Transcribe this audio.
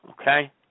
Okay